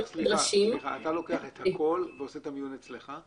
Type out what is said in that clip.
אתה לוקח את הכול ועושה את המיון אצלך?